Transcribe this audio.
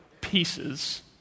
pieces